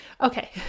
Okay